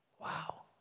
Wow